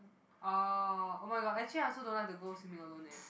ah oh-my-god actually I also don't like to go swimming alone eh